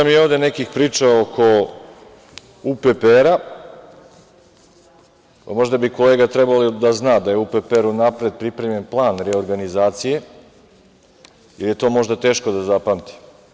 Čuo sam i ovde nekih priča oko UPPR-a, možda bi kolega trebao da zna da je UPPR unapred pripremljen plan reorganizacije, ili je to možda teško da zapamti.